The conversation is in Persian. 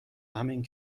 همین